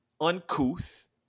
uncouth